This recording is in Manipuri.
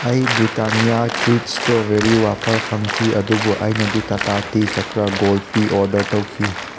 ꯑꯩ ꯕ꯭ꯔꯤꯇꯥꯅꯤꯌꯥ ꯇ꯭ꯔꯤꯠꯁ ꯁ꯭ꯇ꯭ꯔꯣꯕꯦꯔꯤ ꯋꯥꯐꯔ ꯐꯪꯈꯤ ꯑꯗꯨꯕꯨ ꯑꯩꯅꯗꯤ Tata tea Chakra Gold tea order ꯇꯧꯈꯤ